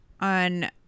on